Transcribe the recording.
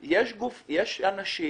יש אנשים